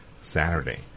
Saturday